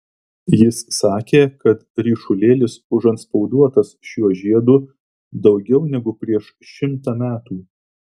jis sakė kad ryšulėlis užantspauduotas šiuo žiedu daugiau negu prieš šimtą metų